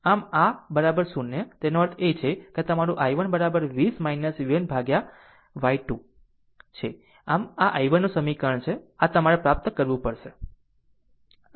આમ આ 0 તેનો અર્થ એ કે તમારું i1 20 v1 ભાગ્યા y 2 છે આ i1 નું આ સમીકરણ છે આ રીતે તમારે પ્રાપ્ત કરવું પડશે